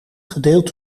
gedeeld